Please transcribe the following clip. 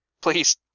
Please